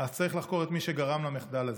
אז צריך לחקור את מי שגרם למחדל הזה.